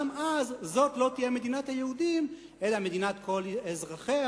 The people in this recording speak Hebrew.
גם אז זאת לא תהיה מדינת היהודים אלא מדינת כל אזרחיה,